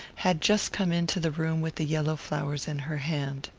had just come into the room with the yellow flowers in her hand.